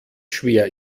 schwer